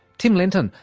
tim lenton,